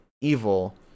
Evil